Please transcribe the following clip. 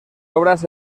obras